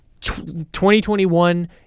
2021